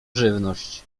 żywność